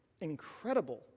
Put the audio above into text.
incredible